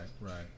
right